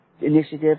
initiative